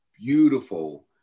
beautiful